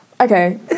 Okay